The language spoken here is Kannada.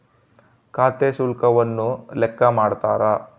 ಖಾತೆ ಶುಲ್ಕವನ್ನು ಲೆಕ್ಕ ಮಾಡ್ತಾರ